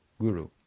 Guru